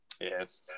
Yes